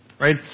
right